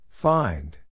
Find